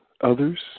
Others